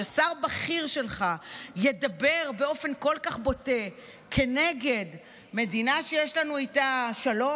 ששר בכיר שלך ידבר באופן כל כך בוטה כנגד מדינה שיש לנו איתה שלום,